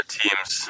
teams